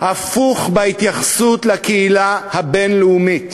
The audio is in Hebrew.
הפוך בהתייחסות לקהילה הבין-לאומית.